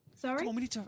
sorry